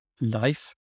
life